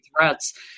threats